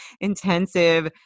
intensive